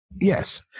yes